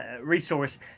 resource